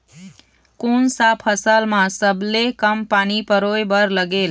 कोन सा फसल मा सबले कम पानी परोए बर लगेल?